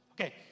Okay